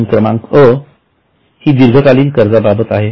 नोंद क्रमांक अ हि दीर्घकालीन कर्जाबाबत आहे